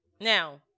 Now